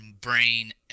brain